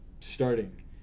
Starting